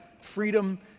freedom